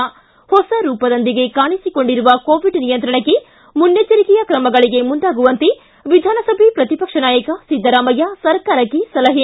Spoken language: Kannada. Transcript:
ಿ ಹೊಸ ರೂಪದೊಂದಿಗೆ ಕಾಣಿಸಿಕೊಂಡಿರುವ ಕೋವಿಡ್ ನಿಯಂತ್ರಣಕ್ಕೆ ಮುನ್ನೆಚ್ಚರಿಕೆಯ ಕ್ರಮಗಳಿಗೆ ಮುಂದಾಗುವಂತೆ ವಿಧಾನಸಭೆ ಪ್ರತಿಪಕ್ಷ ನಾಯಕ ಸಿದ್ದರಾಮಯ್ಯ ಸರ್ಕಾರಕ್ಕೆ ಸಲಹೆ